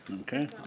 Okay